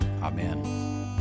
Amen